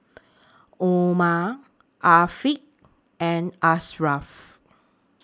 Omar Afiq and Ashraff